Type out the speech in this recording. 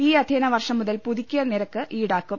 ഈ അധ്യയന വർഷം മുതൽ പുതു ക്കിയ നിരക്ക് ഈടാക്കും